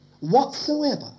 whatsoever